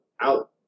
out